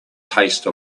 taste